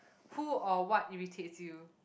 who or what irritates you